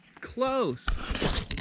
close